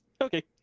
Okay